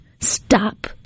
stop